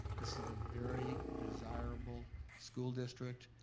this is a very desirable school district.